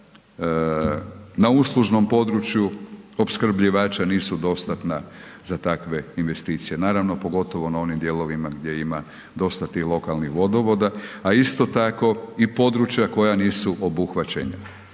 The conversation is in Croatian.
na uslužnom području opskrbljivača nisu dostatna za takve investicije. Naravno pogotovo na onim dijelovima gdje ima dosta tih lokalnih vodovoda. A isto tako i područja koja nisu obuhvaćena.